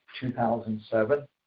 2007